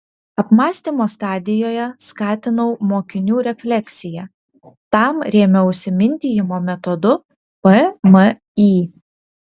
apmąstymo stadijoje skatinau mokinių refleksiją tam rėmiausi mintijimo metodu pmį